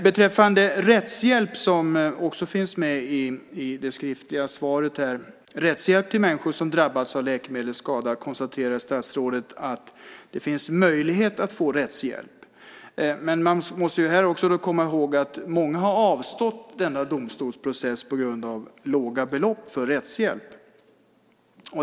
Statsrådet konstaterar i det skriftliga svaret att det finns möjlighet för människor som drabbats av läkemedelsskada att få rättshjälp. Man måste komma ihåg att många har avstått från denna domstolsprocess på grund av låga belopp för rättshjälp.